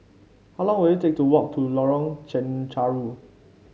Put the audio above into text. how long will it take to walk to Lorong Chencharu